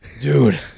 dude